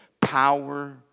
power